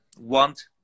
want